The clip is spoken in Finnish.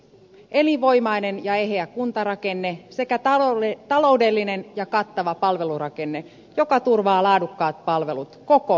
elinvoimainen ja eheä kuntarakenne sekä taloudellinen ja kattava palvelurakenne joka turvaa laadukkaat palvelut koko maassa